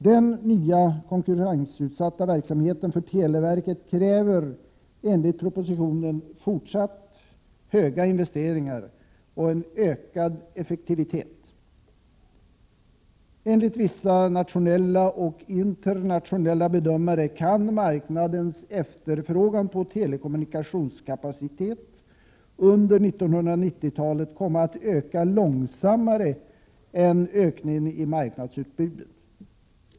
Den nya konkurrensutsatta verksamheten för televerket kräver enligt propositionen fortsatt höga investeringar och en ökad effektivitet. Enligt vissa nationella och internationella bedömare kan marknadens efterfrågan på telekommunikationskapacitet under 1990-talet komma att öka långsammare än ökningen i marknadsutbudet.